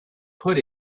put